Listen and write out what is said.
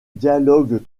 dialogues